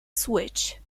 switch